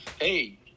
hey